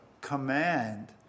command